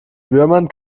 würmern